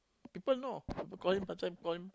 people know people call him